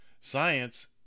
science